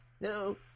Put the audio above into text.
No